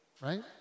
right